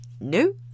no